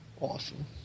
awesome